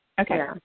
Okay